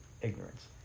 ignorance